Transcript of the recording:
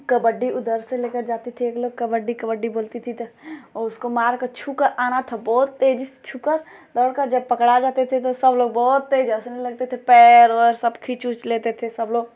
कबड्डी उधर से लेकर जाते थे एक लोग कबड्डी कबड्डी बोलती थी तो और उसको मारकर छूकर आना था बहुत तेज़ी से छूकर दौड़कर जब पकड़ा जाते थे सबलोग बहुत तेज हँसने लगते थे पैर वैर सब खींच उँच लेते थे सबलोग